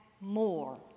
more